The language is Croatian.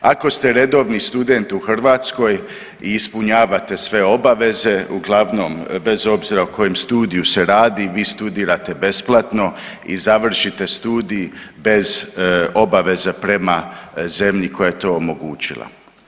Ako ste redovni student u Hrvatskoj i ispunjavate sve obaveze, uglavnom bez obzira o kojem studiju se radi, vi studirate besplatno i završite studij bez obaveze prema zemlji koja je to omogućila.